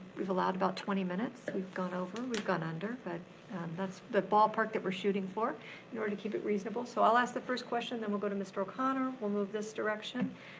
we've allowed about twenty minutes. we've gone over, we've gone under, but that's the ball park that we're shooting for in order to keep it reasonable. so i'll ask the first question, then we'll go to mr. o'connor, we'll move this direction,